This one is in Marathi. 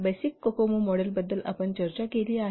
बेसिक कोकोमो मॉडेलबद्दल आपण चर्चा केली आहे